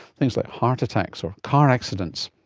things like heart attacks or car accidents.